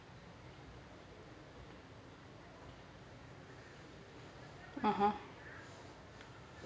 (uh huh)